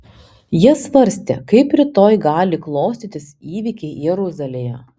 jie svarstė kaip rytoj gali klostytis įvykiai jeruzalėje